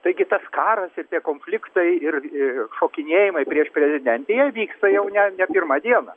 taigi tas karas ir tie konfliktai ir ir šokinėjimai prieš prezidentę jie vyksta jau ne ne pirmą dieną